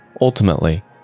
ultimately